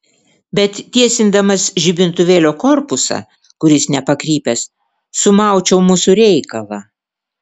bet tiesindamas žibintuvėlio korpusą kuris nepakrypęs sumaučiau mūsų reikalą